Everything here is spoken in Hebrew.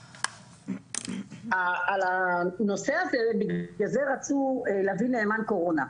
על הנושא הזה רצו להביא נאמן קורונה.